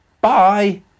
Bye